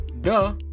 duh